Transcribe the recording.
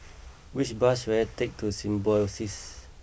which bus should I take to Symbiosis